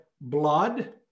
blood